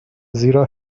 زیرا